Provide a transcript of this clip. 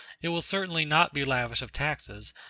it will certainly not be lavish of taxes,